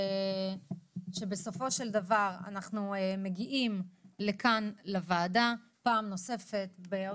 בסופו של דבר אנחנו מגיעים לכאן פעם נוספת בעוד